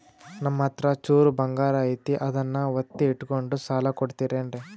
ನಮ್ಮಹತ್ರ ಚೂರು ಬಂಗಾರ ಐತಿ ಅದನ್ನ ಒತ್ತಿ ಇಟ್ಕೊಂಡು ಸಾಲ ಕೊಡ್ತಿರೇನ್ರಿ?